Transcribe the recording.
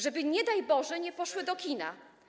żeby, nie daj Boże, nie poszły do kina.